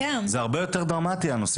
זה הרבה יותר דרמטי.